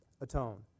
atone